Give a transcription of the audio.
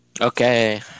Okay